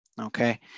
Okay